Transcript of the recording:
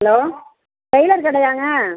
hello tailor கடையாங்க